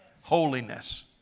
holiness